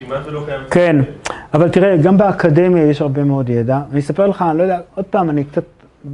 כן, אבל תראה, גם באקדמיה יש הרבה מאוד ידע, אני אספר לך, אני לא יודע, עוד פעם, אני קצת...